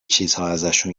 چیزهاازشون